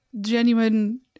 genuine